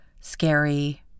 scary